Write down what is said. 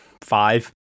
five